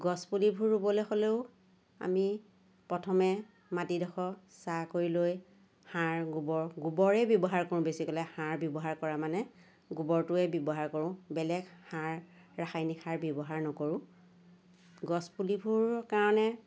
গছ পুলিবোৰ ৰুবলৈ হ'লেও আমি প্ৰথমে মাটিডোখৰ চাহ কৰি লৈ সাৰ গোবৰ গোবৰেই ব্যৱহাৰ কৰোঁ বেছিকৈ সাৰ ব্যৱহাৰ কৰা মানে গোবৰটোৱেই ব্যৱহাৰ কৰোঁ বেলেগ সাৰ ৰাসায়নিক সাৰ ব্যৱহাৰ নকৰোঁ গছ পুলিবোৰৰ কাৰণে